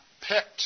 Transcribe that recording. picked